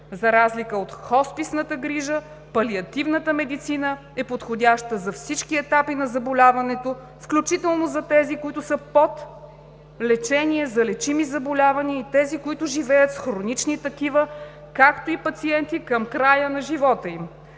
За разлика от хосписната грижа палиативната медицина е подходяща за всички етапи на заболяването, включително за тези, които са под лечение за лечими заболявания, и тези, които живеят с хронични такива, както и пациенти към края на живота им.